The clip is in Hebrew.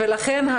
לכן,